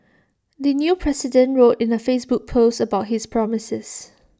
the new president wrote in A Facebook post about his promises